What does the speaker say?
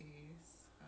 right right